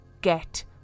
get